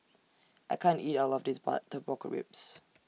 I can't eat All of This Butter Pork Ribs